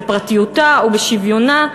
בפרטיותה או בשוויונה,